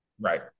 Right